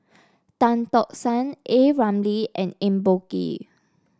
Tan Tock San A Ramli and Eng Boh Kee